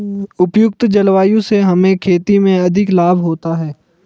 उपयुक्त जलवायु से हमें खेती में अधिक लाभ होता है